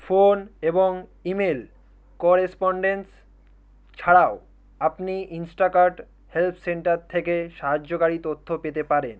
phone এবং email correspondence ছাড়াও আপনি ইনস্টাকার্ট হেল্প সেন্টার থেকে সাহায্যকারী তথ্য পেতে পারেন